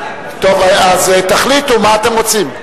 טוב, אז תחליטו מה אתם רוצים.